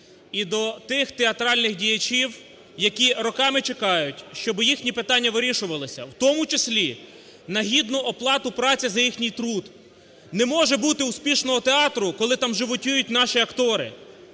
і до тих театральних діячів, які роками чекають, щоб їхні питання вирішувалися, в тому числі на гідну оплату праці за їхній труд. Не може бути успішного театру, коли там животіють наші актори.